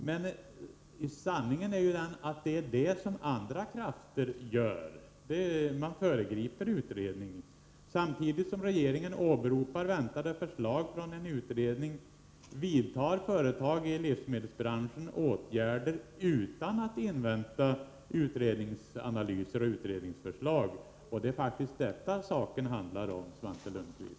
Men sanningen är ju den att det är det som andra krafter gör — man föregriper en utredning. Samtidigt som regeringen åberopar väntade förslag från en utredning vidtar företag i livsmedelsbran schen åtgärder utan att invänta utredningsanalyser och utredningsförslag. Det är faktiskt bl.a. detta saken handlar om, Svante Lundkvist!